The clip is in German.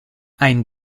ein